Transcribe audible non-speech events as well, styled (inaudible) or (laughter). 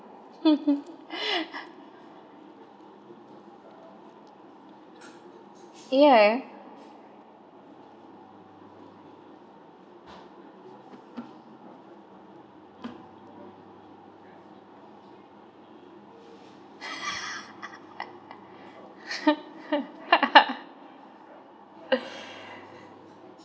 (laughs) yeah (laughs)